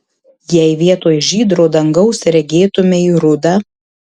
jei vietoj žydro dangaus regėtumei rudą